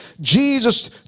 jesus